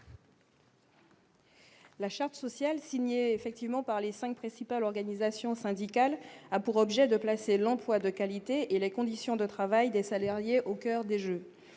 La charte sociale signée effectivement par les 5 principales organisations syndicales, a pour objet de placer l'emploi de qualité et les conditions de travail des salariés au coeur des je